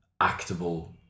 actable